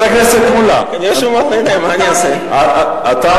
אתה מתרפס.